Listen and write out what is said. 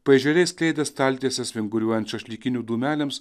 paežerėj skleidė staltiesės vinguriuojant šašlykinių dūmeliams